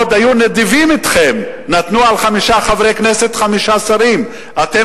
כבוד השר, חבר הכנסת חרמש, נא לשבת.